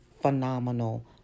phenomenal